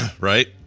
Right